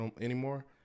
anymore